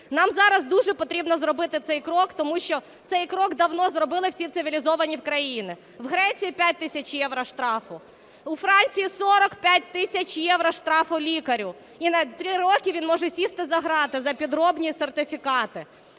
Нам зараз дуже потрібно зробити цей крок, тому що цей крок давно зробили всі цивілізовані країни. У Греції – 5 тисяч євро штраф, у Франції – 45 тисяч євро штрафу лікарю і на 3 роки він може сісти за грати за підробні сертифікати.